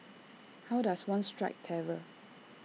how does one strike terror